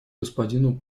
господину